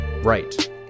right